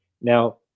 now